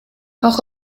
auch